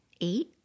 Eight